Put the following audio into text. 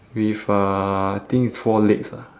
with uh I think it's four legs ah